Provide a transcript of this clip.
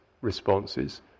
responses